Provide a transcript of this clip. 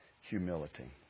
Humility